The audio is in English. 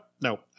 no